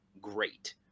great